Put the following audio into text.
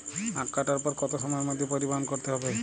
আখ কাটার পর কত সময়ের মধ্যে পরিবহন করতে হবে?